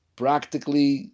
practically